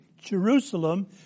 Jerusalem